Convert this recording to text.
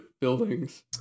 buildings